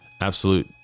absolute